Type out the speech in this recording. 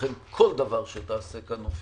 לכן כל דבר שתעשה כאן, אופיר,